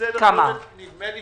נדמה לי